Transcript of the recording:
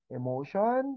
emotion